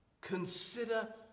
Consider